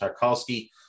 Tarkovsky